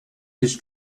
his